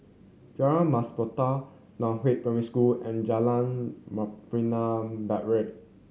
Jalan Mas Puteh Nan Hua Primary School and Jalan Membina Barat